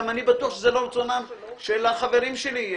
אני גם בטוח שזה לא רצונם של החברים שלי,